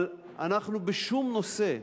אבל אנחנו בשום נושא,